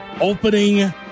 Opening